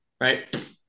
right